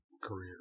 career